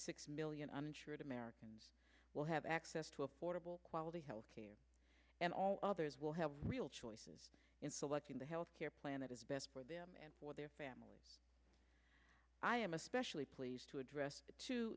six million uninsured americans will have access to affordable quality health care and all others will have real choices in selecting the health care plan that is best for their family i am especially pleased to address t